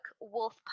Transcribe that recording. wolf